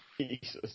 Jesus